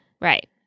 Right